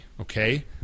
Okay